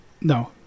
No